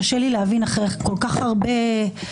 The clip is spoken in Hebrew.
קשה לי להבין איך אחרי כל כך הרבה חודשים